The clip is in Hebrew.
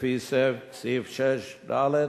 לפי סעיף 6(ד)